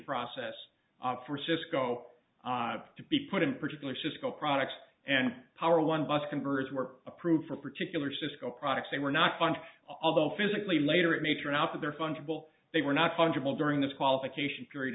process for cisco to be put in particular cisco products and power one bus conversion were approved for particular cisco products they were not funded although physically later it may turn out that their fungible they were not fungible during this qualification period